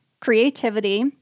creativity